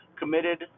committed